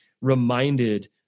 reminded